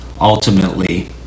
ultimately